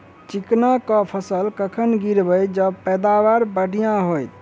चिकना कऽ फसल कखन गिरैब जँ पैदावार बढ़िया होइत?